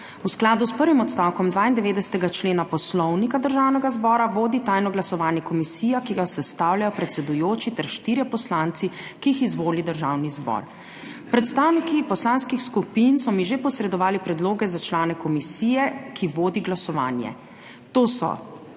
V skladu s prvim odstavkom 92. člena Poslovnika Državnega zbora vodi tajno glasovanje komisija, ki jo sestavljajo predsedujoči ter štirje poslanci, ki jih izvoli Državni zbor. Predstavniki poslanskih skupin so mi že posredovali predloge za člane komisije, ki vodi glasovanje, to so